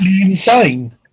insane